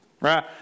right